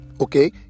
okay